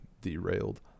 derailed